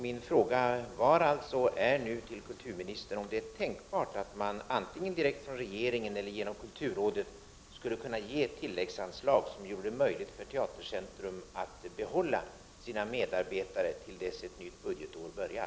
Min fråga till kulturministern är, om det är tänkbart att antingen direkt från regeringen eller genom kulturrådet ge tilläggsanslag som gör det möjligt för Teatercentrum att behålla sina medarbetare till dess att ett nytt budgetår börjar.